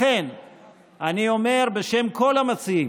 לכן אני אומר בשם כל המציעים: